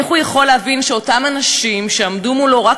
איך הוא יכול להבין שאותם אנשים שעמדו מולו רק